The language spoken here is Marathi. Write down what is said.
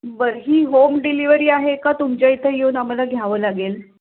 बरं ही होम डिलिव्हरी आहे का तुमच्या इथं येऊन आम्हाला घ्यावं लागेल